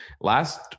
last